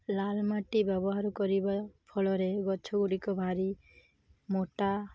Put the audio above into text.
ଲାଲ ମାଟି ବ୍ୟବହାର କରିବା ଫଳରେ ଗଛଗୁଡ଼ିକ ଭାରି ମୋଟା